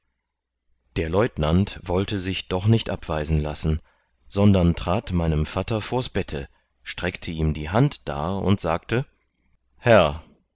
der leutenant wollte sich doch nicht abweisen lassen sondern trat meinem vatter vors bette streckte ihm die hand dar und sagte herr